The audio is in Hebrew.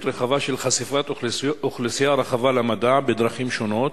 רחבה של חשיפת אוכלוסיות רחבות למדע בדרכים שונות,